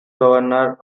governor